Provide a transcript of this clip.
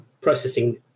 processing